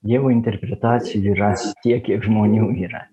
dievo interpretacijų rasi tiek kiek žmonių yra